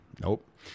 nope